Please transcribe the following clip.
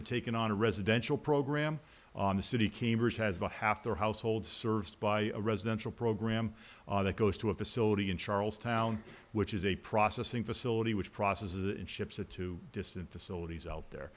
have taken on a residential program on the city cambridge has about half their households served by a residential program that goes to a facility in charles town which is a processing facility which processes and ships it to distant facilities out